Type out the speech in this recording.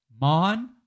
Mon